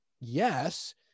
yes